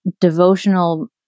devotional